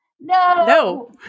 No